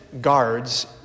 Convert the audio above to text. guards